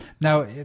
Now